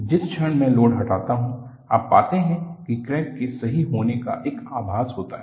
जिस क्षण मैं लोड हटाता हूं आप पाते हैं कि क्रैक के सही होने का एक आभास होता है